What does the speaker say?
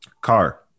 car